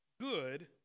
good